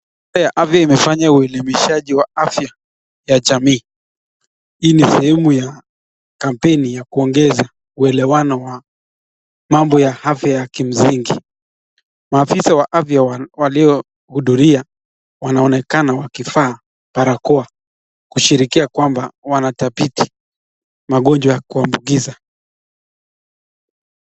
Wizara ya afya imefanya uelimishaji wa afya ya jamii. Hii ni sehemu ya kampeni ya kuongeza uelewano wa mambo ya afya ya kimsingi, maafisa wa afya waliohudhuria wanaonekana wakivaa barakoa kuashiria kwamba wanadhibiti magonjwa ya kuambukiza.